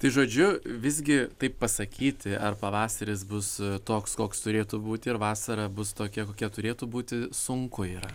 tai žodžiu visgi taip pasakyti ar pavasaris bus toks koks turėtų būti ir vasara bus tokia kokia turėtų būti sunku yra